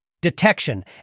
detection